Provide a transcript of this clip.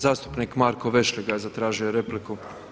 Zastupnik Marko Vešligaj zatražio je repliku.